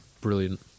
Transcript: Brilliant